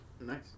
Nice